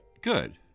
Good